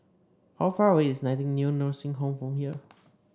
how far away is Nightingale Nursing Home from here